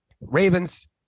Ravens